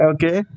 Okay